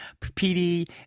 PD